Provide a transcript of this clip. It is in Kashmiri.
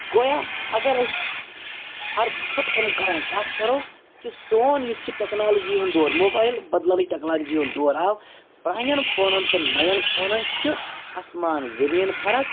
گویا اگر أسۍ ہر ژھوٚٹھ اِمکان کَتھ کَرو کہِ سون یُس یہِ ٹیٚکنالجی ہُنٛد دور موبایل بدلاونٕچ ٹیٚکنالجی ہُنٛد دور آو پرٛانیٚن فونَن تہٕ نَیَن فونَن چھِ اَسمان زٔمیٖن فرق